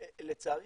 לצערי,